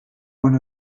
one